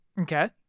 Okay